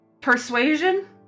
Persuasion